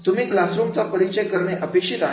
तुम्ही class room चा परिचय करणे अपेक्षित आहे